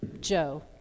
Joe